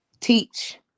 teach